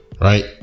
Right